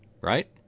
right